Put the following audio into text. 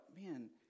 man